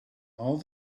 all